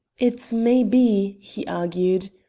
it may be, he argued,